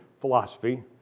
philosophy